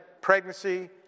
pregnancy